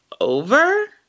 over